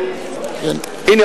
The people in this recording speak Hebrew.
הנה,